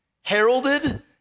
heralded